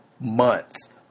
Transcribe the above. months